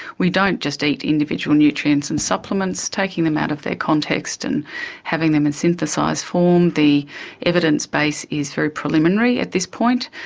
we don't just eat individual nutrients and supplements, taking them out of their context and having them in synthesised form. the evidence base is very preliminary at this point,